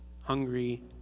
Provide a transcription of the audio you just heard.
Hungry